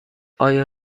آیا